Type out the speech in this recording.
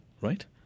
right